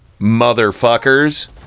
motherfuckers